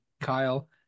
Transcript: kyle